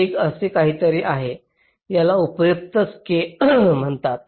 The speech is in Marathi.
हे असे काहीतरी आहे ज्याला उपयुक्त स्के म्हणतात